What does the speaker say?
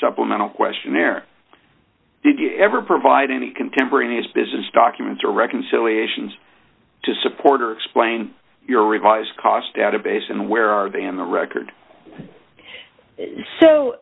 supplemental questionnaire did you ever provide any contemporaneous business documents or reconciliations to supporter explain your revised cost database and where are they on the record so